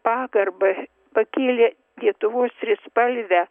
pagarbą pakėlė lietuvos trispalvę